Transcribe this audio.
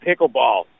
pickleball